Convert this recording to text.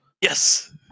yes